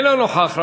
אינו נוכח.